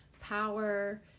power